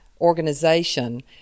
organization